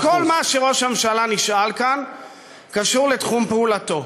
אז כל מה שראש הממשלה נשאל כאן קשור לתחום פעולתו.